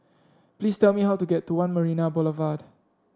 please tell me how to get to One Marina Boulevard